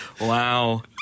Wow